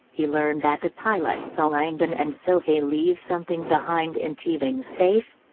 he learned that the pilot saw langdon and sophie leave something behind in teabing's safe,